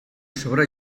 sobre